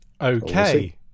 okay